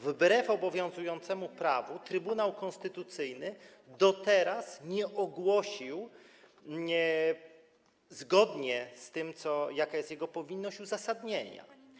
Wbrew obowiązującemu prawu Trybunał Konstytucyjny do teraz nie ogłosił zgodnie z tym, jaka jest jego powinność, uzasadnienia.